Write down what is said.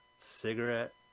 cigarette